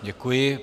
Děkuji.